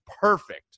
perfect